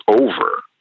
over